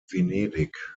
venedig